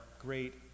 great